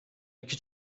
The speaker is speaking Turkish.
iki